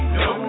no